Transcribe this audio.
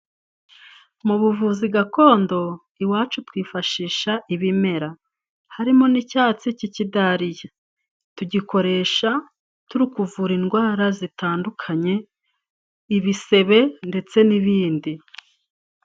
Mu buvuzi gakondo iwacu twifashisha ibimera, harimo n'icyatsi cy'ikidaliya, tugikoresha turi kuvura indwara zitandukanye, ibisebe ndetse n'ibindi.